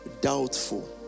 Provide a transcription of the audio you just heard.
Doubtful